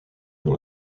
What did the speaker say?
dans